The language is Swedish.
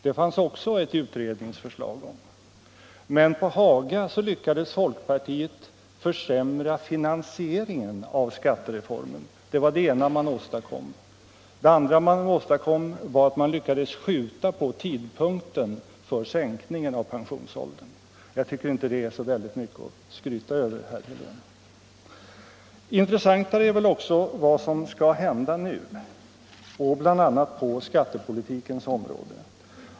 Det fanns det också ett utredningsförslag om. Men på Haga lyckades folkpartiet försämra finansieringen av skattereformen. Det var det ena man åstadkom. Det andra var att man lyckades skjuta på tidpunkten för sänkningen av pensionsåldern. Jag tycker inte att det är så mycket att skryta över, herr Helén. Intressantare är väl också vad som skall hända nu, bl.a. på skattepolitikens område.